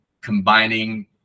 combining